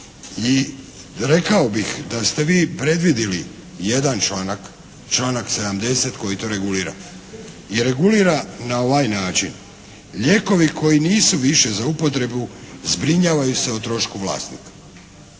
I rekao bih da ste vi predvidili jedan članak, članak 70. koji to regulira. Jer regulira na ovaj način. Lijekovi koji nisu više za upotrebu zbrinjavaju se o trošku vlasnika.